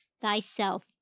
thyself